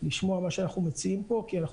לשמוע את מה שאנחנו מציעים פה כי אנחנו